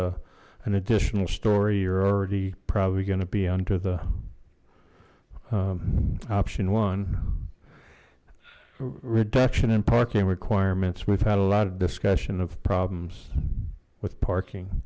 an additional story you're already probably going to be under the option one reduction in parking requirements we've had a lot of discussion of problems with parking